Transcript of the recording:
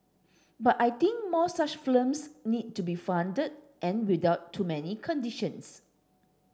but I think more such films need to be funded and without too many conditions